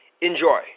Enjoy